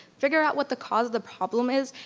figure out what the cause of the problem is,